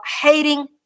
hating